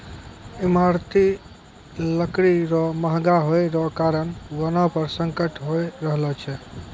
ईमारती लकड़ी रो महगा होय रो कारण वनो पर संकट होय रहलो छै